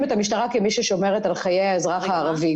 את המשטרה כמי ששומרת על חיי האזרח הערבי.